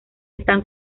están